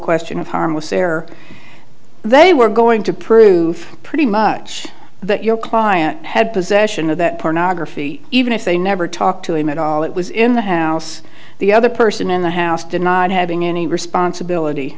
question of harm was there they were going to prove pretty much that your client had possession of that pornography even if they never talked to him at all it was in the house the other person in the house did not having any responsibility